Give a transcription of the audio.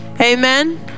amen